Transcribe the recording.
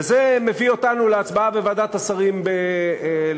וזה מביא אותנו להצבעה בוועדת השרים לחקיקה,